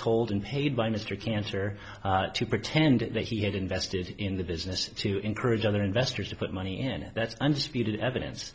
told and paid by mr cancer to pretend that he had invested in the business to encourage other investors to put money and that's under speed evidence